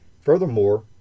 Furthermore